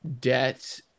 debt